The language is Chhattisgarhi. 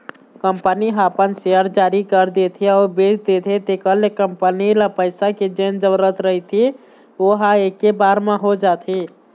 कंपनी ह अपन सेयर जारी कर देथे अउ बेच देथे तेखर ले कंपनी ल पइसा के जेन जरुरत रहिथे ओहा ऐके बार म हो जाथे